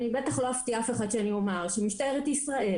אני בטח לא אפתיע אף אחד כשאני אומר שמשטרת ישראל,